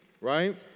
right